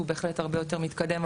שהוא בהחלט הרבה יותר מתקדם,